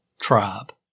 tribe